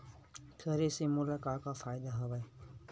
करे से मोला का का फ़ायदा हवय?